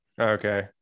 Okay